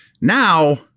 Now